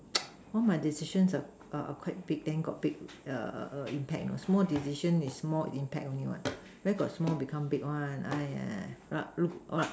all my decisions are quite big then got big impact you know small decision is small impact only what where got small become big one like look what